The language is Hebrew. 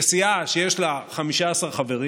שלא יודעים איך לסגור את החודש